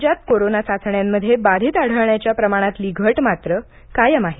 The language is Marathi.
राज्यात कोरोना चाचण्यांमध्ये बाधित आढळण्याच्या प्रमाणातली घट मात्र कायम आहे